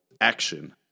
action